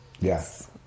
yes